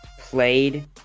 played